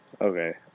Okay